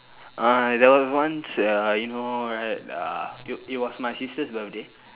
uh there was once uh you know right uh it it was my sister's birthday